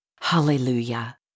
Hallelujah